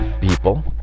people